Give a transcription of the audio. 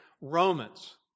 Romans